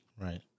Right